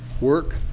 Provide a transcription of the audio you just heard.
work